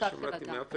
זכויותיו של אדם.